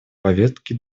повестке